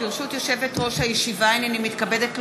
ברשות יושבת-ראש הישיבה, הנני מתכבדת להודיעכם,